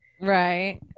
Right